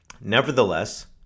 Nevertheless